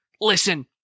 listen